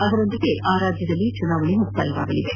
ಅದರೊಂದಿಗೆ ಆ ರಾಜ್ಯದಲ್ಲಿ ಚುನಾವಣೆ ಮುಕ್ತಾಯವಾಗಲಿದೆ